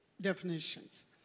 definitions